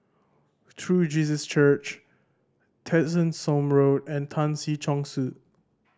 True Jesus Church Tessensohn Road and Tan Si Chong Su